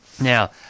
Now